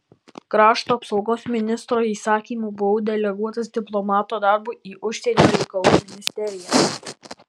krašto apsaugos ministro įsakymu buvau deleguotas diplomato darbui į užsienio reikalų ministeriją